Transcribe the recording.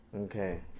Okay